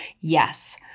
Yes